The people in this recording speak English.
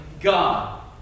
God